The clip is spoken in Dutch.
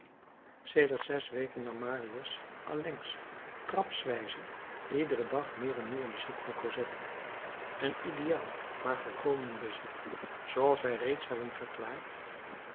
sedert zes weken nam marius allengs trapswijze iederen dag meer en meer bezit van cosette een ideaal maar volkomen bezit zooals wij reeds hebben verklaard